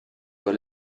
con